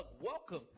welcome